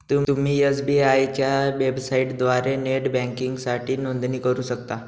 तुम्ही एस.बी.आय च्या वेबसाइटद्वारे नेट बँकिंगसाठी नोंदणी करू शकता